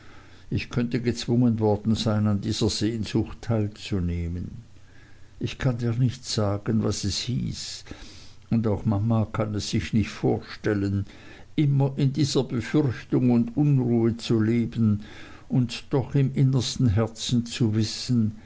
ich könnte gezwungen worden sein an dieser schmach teilzunehmen ich kann dir nicht sagen was es hieß und auch mama kann es sich nicht vorstellen immer in dieser befürchtung und unruhe zu leben und doch im innersten herzen zu wissen